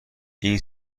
این